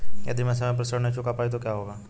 यदि मैं समय पर ऋण नहीं चुका पाई तो क्या होगा?